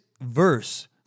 verse